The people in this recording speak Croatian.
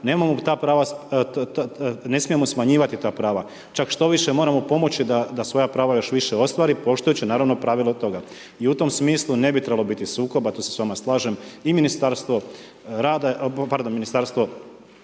ne smijemo smanjivati ta prava. Čak štoviše moramo pomoći da svoja prava još više ostvari poštujuću naravno pravilo toga. U tom smislu ne bi trebalo biti sukoba, tu se s vama slažem i Ministarstvo rada, pardon, ministarstvo